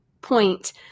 point